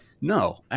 no